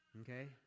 okay